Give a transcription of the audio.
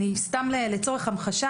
לצורך המחשה.